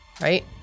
right